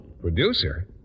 Producer